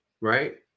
right